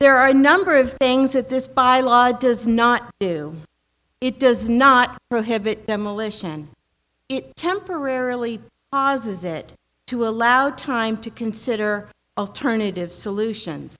there are a number of things that this by law does not do it does not prohibit demolition it temporarily causes it to allow time to consider alternative solutions